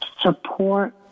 support